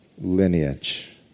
lineage